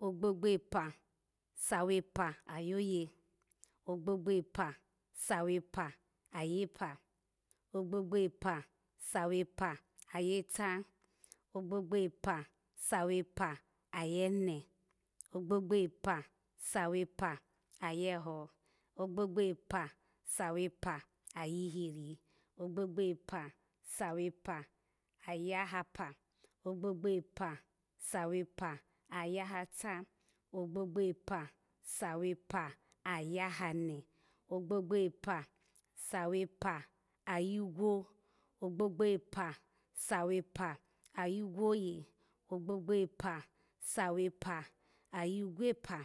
Ogbogbo epa sa wepa ayoye, ogbogbo epa sa wepa ayepa, ogbogbo epa sa wepa ayeta, ogbogbo epa sa wepa ayene, ogbogbo epa sa wepa ayeho, ogbogbo epa sa wepa ayihiri, ogbogbo epa sa wepa ayahapa, ogbogbo epa sa wepa ayahata, ogbogbo epa sa wepa ayahane, ogbogbo epa sa wepa ayigwo, ogbogbo epa sa wepa ayigwoye, ogbogbo epa sa wepa ayigwopa,